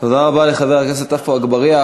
תודה רבה לחבר הכנסת עפו אגבאריה.